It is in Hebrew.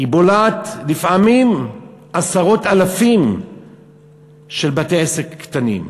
בולעת לפעמים עשרות אלפים של בתי-עסק קטנים.